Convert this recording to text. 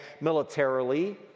militarily